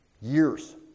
years